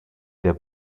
der